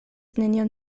nenion